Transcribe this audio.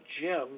Jim